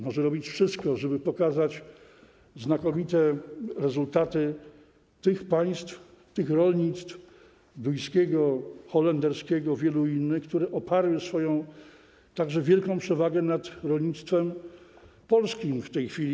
Może robić wszystko, żeby pokazać znakomite rezultaty tych państw, rolnictwa duńskiego, holenderskiego, wielu innych, które oparły swoją wielką przewagę nad rolnictwem polskim w tej chwili.